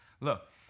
Look